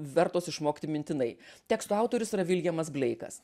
vertos išmokti mintinai teksto autorius yra viljamas bleikas